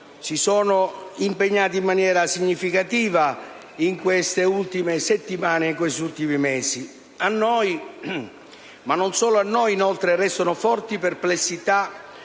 si sono impegnati in maniera significativa in questi ultimi mesi e in queste ultime settimane. A noi - ma non solo a noi - restano forti perplessità